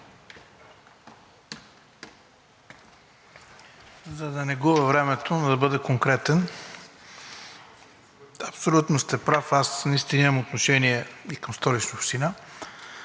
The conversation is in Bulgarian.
За да не губя времето, а да бъда конкретен. Абсолютно сте прав, наистина имам отношение и към Столична община.